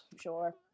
Sure